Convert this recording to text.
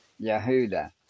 Yehuda